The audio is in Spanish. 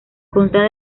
constan